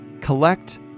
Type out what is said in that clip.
Collect